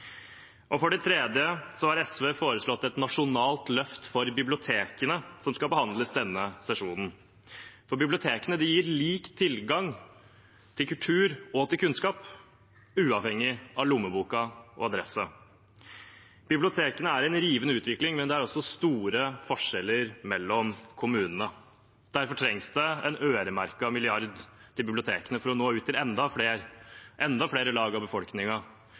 Og for det tredje har SV foreslått et nasjonalt løft for bibliotekene, som skal behandles denne sesjonen. Bibliotekene gir lik tilgang til kultur og til kunnskap, uavhengig av lommebok og adresse. Bibliotekene er i en rivende utvikling, men det er store forskjeller mellom kommunene. Derfor trengs det en øremerket milliard til bibliotekene for å nå ut til enda flere lag av